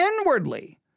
inwardly